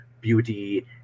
beauty